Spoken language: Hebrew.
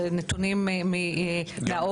זה נתונים מה-OECD.